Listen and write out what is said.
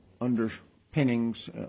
underpinnings